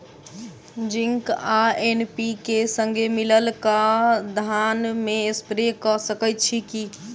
Zinc आ NPK, संगे मिलल कऽ धान मे स्प्रे कऽ सकैत छी की?